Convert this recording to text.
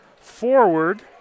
forward